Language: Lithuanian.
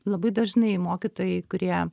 labai dažnai mokytojai kurie